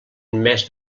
més